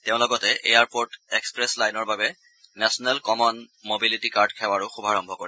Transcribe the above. তেওঁ লগতে airport express লাইনৰ বাবে নেচ্যনেল কমন মবিলিটি কাৰ্ড সেৱাৰো শুভাৰম্ভ কৰে